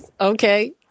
Okay